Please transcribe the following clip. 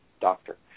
doctor